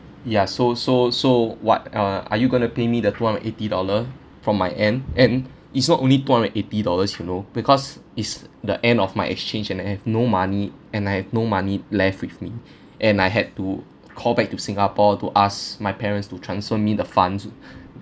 ya so so so what uh are you going to pay me the two hundred and eighty dollar from my end and it's not only two hundred eighty and dollars you know because it's the end of my exchange and I've no money and I have no money left with me and I had to call back to singapore to ask my parents to transfer me the funds